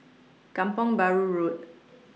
Kampong Bahru Road